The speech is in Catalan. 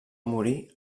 morir